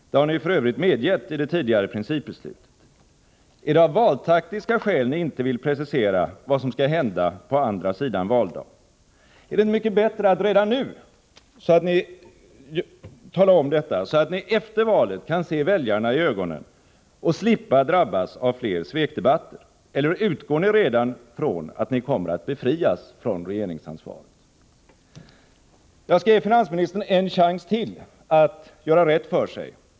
Det har ni ju för Övrigt medgett i det tidigare principbeslutet. Är det av valtaktiska skäl ni inte vill precisera vad som skall hända på andra sidan valdagen? Är det inte mycket bättre att redan nu tala om det, så att ni efter valet kan se väljarna i ögonen och slippa drabbas av fler svekdebatter? Eller utgår ni redan från att ni kommer att befrias från regeringsansvaret? Jag skall ge finansministern en chans till att göra rätt för sig.